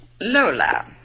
Lola